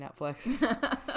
Netflix